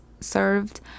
served